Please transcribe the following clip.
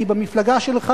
כי המפלגה שלך,